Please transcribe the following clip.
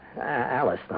Alice